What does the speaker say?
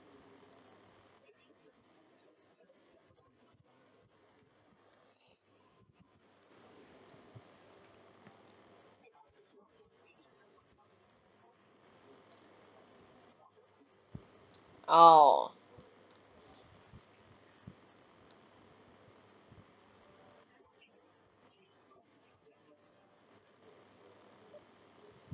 oh